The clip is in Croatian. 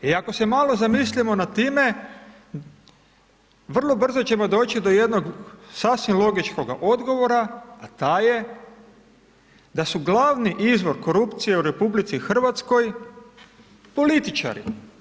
I ako se malo zamislimo nad time, vrlo brzo ćemo doći do jednog sasvim logičkoga odgovora a taj je da su glavni izvor korupcije u RH političari.